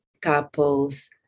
couples